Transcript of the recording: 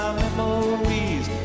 memories